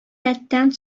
рәттән